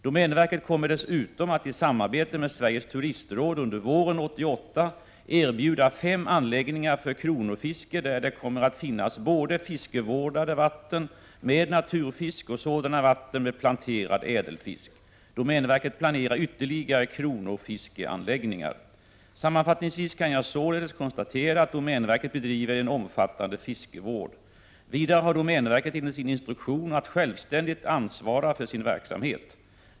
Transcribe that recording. Domänverket kommer dessutom att i samarbete med Sveriges Turistråd under våren 1988 erbjuda fem anläggningar för kronofiske, där det kommer att finnas både fiskevårdade vatten med naturfisk och sådana vatten med 37 planterad ädelfisk. Domänverket planerar ytterligare kronofiskeanläggningar. Sammanfattningsvis kan jag således konstatera att domänverket bedriver en omfattande fiskevård. Vidare har domänverket enligt sin instruktion ett självständigt ansvar för sin verksamhet.